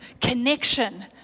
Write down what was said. connection